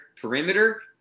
Perimeter